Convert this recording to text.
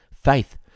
Faith